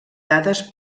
dades